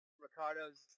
Ricardo's